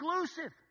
exclusive